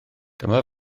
dyma